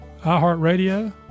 iHeartRadio